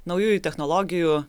naujųjų technologijų